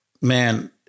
man